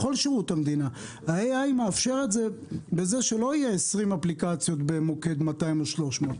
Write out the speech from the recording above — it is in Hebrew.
בכל שירות המדינה ה-AI מאפשרת שלא יהיו 20 אפליקציות במוקד 200 או 300,